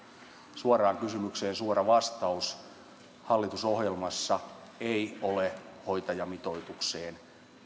suoraan kysymykseen suora vastaus hallitusohjelmassa ei ole hoitajamitoitukseen